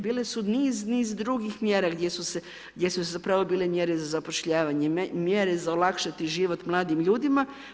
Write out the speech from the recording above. Bile su niz, niz drugih mjera gdje su zapravo bile mjere za zapošljavanje, mjere za olakšati život mladim ljudima.